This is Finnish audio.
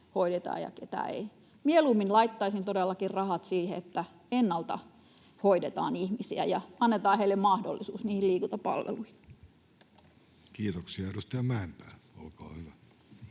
ja ketä ei. Mieluummin laittaisin todellakin rahat siihen, että ennalta hoidetaan ihmisiä ja annetaan heille mahdollisuus liikuntapalveluihin. [Speech 233] Speaker: